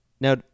Now